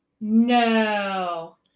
No